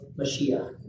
Mashiach